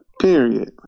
Period